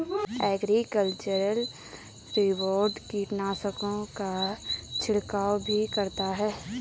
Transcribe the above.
agricultural robot कीटनाशकों का छिड़काव भी करता है